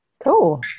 cool